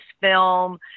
film